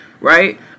right